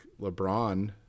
LeBron